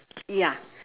ya